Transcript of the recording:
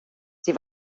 sie